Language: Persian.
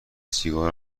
سیگار